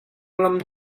lam